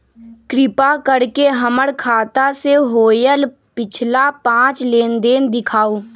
कृपा कर के हमर खाता से होयल पिछला पांच लेनदेन दिखाउ